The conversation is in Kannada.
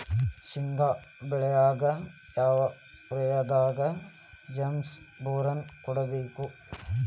ಶೇಂಗಾ ಬೆಳೆಗೆ ಯಾವ ಪ್ರಾಯದಾಗ ಜಿಪ್ಸಂ ಬೋರಾನ್ ಕೊಡಬೇಕು?